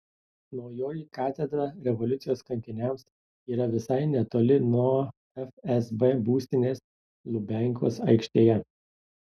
naujoji katedra revoliucijos kankiniams yra visai netoli nuo fsb būstinės lubiankos aikštėje